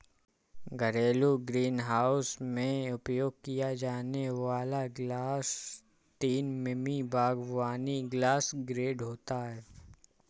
घरेलू ग्रीनहाउस में उपयोग किया जाने वाला ग्लास तीन मिमी बागवानी ग्लास ग्रेड होता है